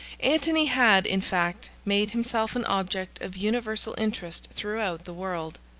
antony had, in fact, made himself an object of universal interest throughout the world,